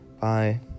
bye